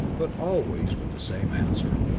but always with the same answer.